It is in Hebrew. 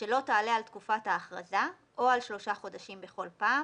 שלא תעלה על תקופת ההכרזה או על שלושה חודשים בכל פעם,